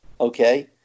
Okay